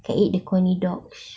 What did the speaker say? can eat the coney dogs